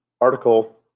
article